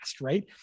right